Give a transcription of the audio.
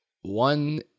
One